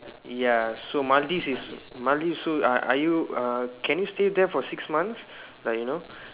ya so Maldives is Maldives so are are you uh can you stay there for six months like you know